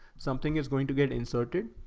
something is going to get inserted.